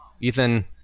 Ethan